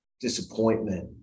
disappointment